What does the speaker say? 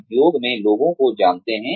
उद्योग में लोगों को जानते हैं